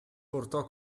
portò